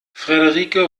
frederike